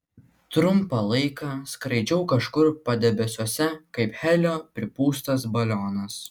trumpą laiką skraidžiau kažkur padebesiuose kaip helio pripūstas balionas